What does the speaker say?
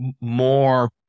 more